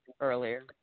earlier